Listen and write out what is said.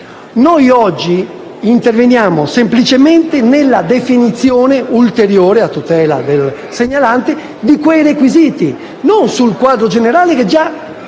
Oggi interveniamo semplicemente con una definizione ulteriore, a tutela del segnalante, di quei requisiti e non sul quadro generale che è già